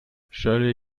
shirley